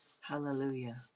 hallelujah